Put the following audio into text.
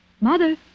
Mother